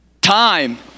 Time